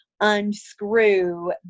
unscrew